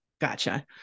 Gotcha